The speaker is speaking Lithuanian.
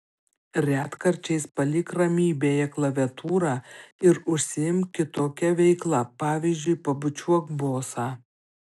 retkarčiais palik ramybėje klaviatūrą ir užsiimk kitokia veikla pavyzdžiui pabučiuok bosą